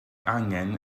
angen